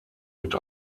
mit